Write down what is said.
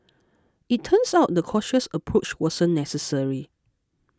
it turns out the cautious approach wasn't necessary